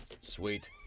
sweet